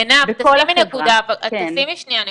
עינב, תשימי שנייה נקודה.